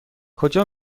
کجا